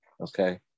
Okay